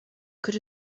could